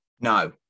No